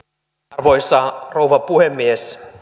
arvoisa rouva puhemies